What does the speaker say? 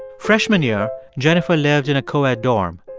freshman year, jennifer lived in a coed dorm.